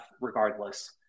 regardless